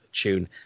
tune